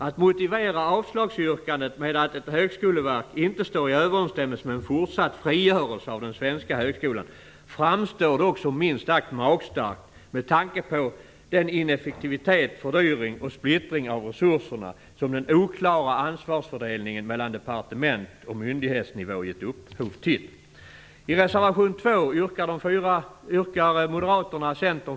Att motivera avslagsyrkandet med att ett högskoleverk inte står i överensstämmelse med en fortsatt frigörelse av den svenska högskolan framstår dock som minst sagt magstarkt med tanke på den ineffektivitet, fördyring och splittring av resurserna som den oklara ansvarsfördelningen mellan departements och myndighetsnivå gett upphov till.